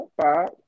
five